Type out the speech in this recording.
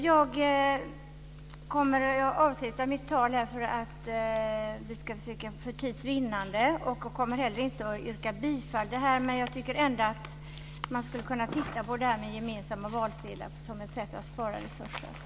För tids vinnande avslutar jag mitt anförande här. Jag har inget bifallsyrkande men jag tycker att man skulle kunna titta på det här med gemensam valsedel, just som ett sätt att spara resurser.